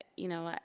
you know,